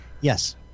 yes